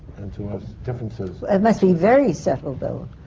and to our differences. it must be very subtle, though,